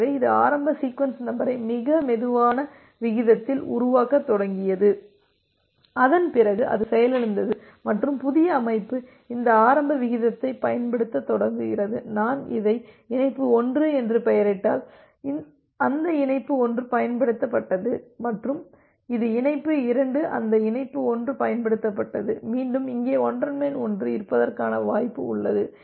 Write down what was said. எனவே இது ஆரம்ப சீக்வென்ஸ் நம்பரை மிக மெதுவான விகிதத்தில் உருவாக்கத் தொடங்கியது அதன் பிறகு அது செயலிழந்தது மற்றும் புதிய அமைப்பு இந்த ஆரம்ப விகிதத்தைப் பயன்படுத்தத் தொடங்குகிறது நான் இதை இணைப்பு 1 என்று பெயரிட்டால் அந்த இணைப்பு 1 பயன்படுத்தப்பட்டது மற்றும் இது இணைப்பு 2 அந்த இணைப்பு 1 பயன்படுத்தப்பட்டது மீண்டும் இங்கே ஒன்றன் மேல் ஒன்று இருப்பதற்கான வாய்ப்பு உள்ளது